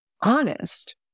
honest